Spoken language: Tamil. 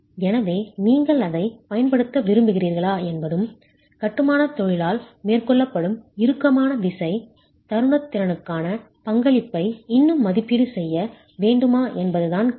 எனவே நீங்கள் அதைப் பயன்படுத்த விரும்புகிறீர்களா என்பதும் கட்டுமானத் தொழிலால் மேற்கொள்ளப்படும் இறுக்கமான விசை தருணத் திறனுக்கான பங்களிப்பை இன்னும் மதிப்பீடு செய்ய வேண்டுமா என்பதுதான் கேள்வி